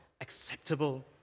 acceptable